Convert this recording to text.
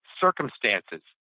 circumstances